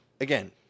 again